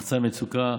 לחצן מצוקה,